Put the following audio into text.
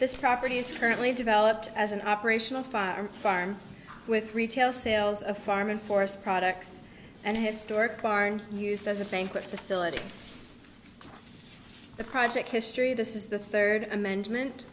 this property is currently developed as an operational farm with retail sales of farm and forest products and historic barn used as a banquet facility the project history this is the third amendment